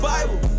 Bible